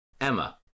emma